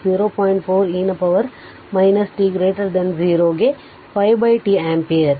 4 e ನ power t 0 ಗೆ 5 t ampere